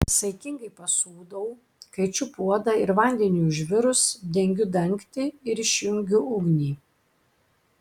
saikingai pasūdau kaičiu puodą ir vandeniui užvirus dengiu dangtį ir išjungiu ugnį